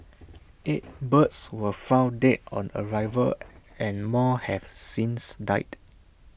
eight birds were found dead on arrival and more have since died